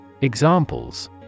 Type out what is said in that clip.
Examples